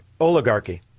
oligarchy